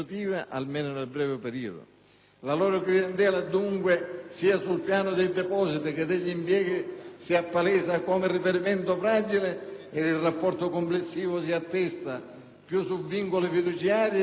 La loro clientela, dunque, sia sul piano dei depositi che degli impieghi si appalesa come riferimento fragile ed il rapporto complessivo si attesta più su vincoli fiduciari che su aspettative di ampi